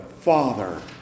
Father